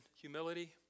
humility